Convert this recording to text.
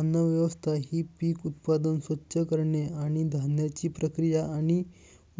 अन्नव्यवस्था ही पीक उत्पादन, स्वच्छ करणे आणि धान्याची प्रक्रिया आणि